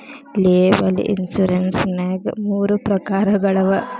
liable insurance ನ್ಯಾಗ್ ಮೂರ ಪ್ರಕಾರಗಳವ